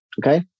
okay